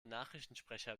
nachrichtensprecher